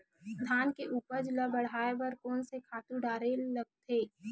धान के उपज ल बढ़ाये बर कोन से खातु डारेल लगथे?